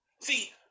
See